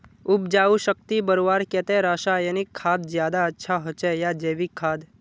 उपजाऊ शक्ति बढ़वार केते रासायनिक खाद ज्यादा अच्छा होचे या जैविक खाद?